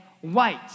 white